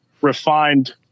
refined